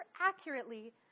accurately